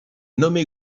nommé